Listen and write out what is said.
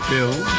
Bill